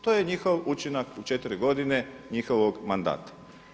To je njihov učinak u 4 godine njihovog mandata.